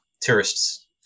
Tourists